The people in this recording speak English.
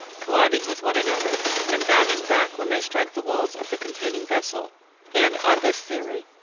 colliding with one another and bounding back when they strike the walls of the containing vessel and, on this theory,